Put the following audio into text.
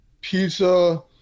Pizza